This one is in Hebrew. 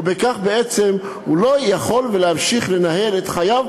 וכך בעצם הוא לא יכול להמשיך לנהל את חייו,